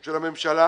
של הממשלה